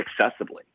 accessibly